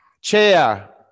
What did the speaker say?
Chair